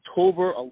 October